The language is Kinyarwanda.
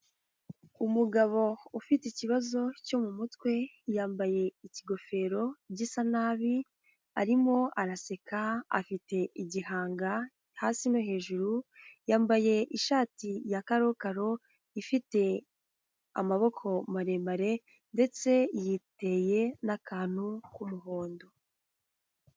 Umugabo ufite ikibazo cyo mu mutwe, yambaye ikigofero gisa nabi, arimo araseka afite igihanga hasi no hejuru, yambaye ishati ya karokaro ifite amaboko maremare, ndetse yiteye n'akantu k'umuhondo.